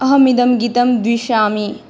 अहमिदं गीतं द्विषामि